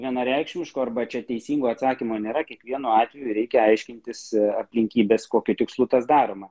vienareikšmiško arba čia teisingo atsakymo nėra kiekvienu atveju reikia aiškintis aplinkybes kokiu tikslu tas daroma